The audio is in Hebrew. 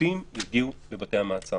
השופטים יגיעו לבתי המעצר